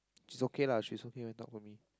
she's okay lah she hooking a duck for me